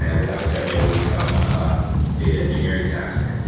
and without dremio, would become a data engineering task.